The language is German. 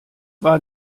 war